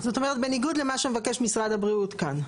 זאת אומרת, בניגוד למה שמבקש משרד הבריאות כאן.